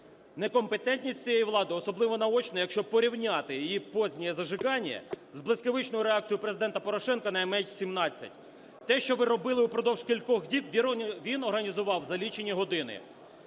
Некомпетентність цієї влади особливо наочна, якщо порівняти її "позднее зажигание" з блискавичною реакцією Президента Порошенка на MH-17. Те, що ви робили впродовж кількох діб, він організував за лічені години.